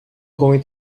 going